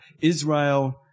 Israel